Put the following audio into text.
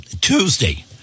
Tuesday